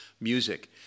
Music